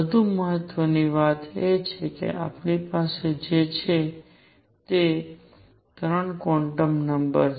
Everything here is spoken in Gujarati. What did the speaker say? વધુ મહત્ત્વની વાત એ છે કે આપણી પાસે જે છે તે હવે 3 ક્વોન્ટમ નંબર છે